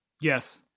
Yes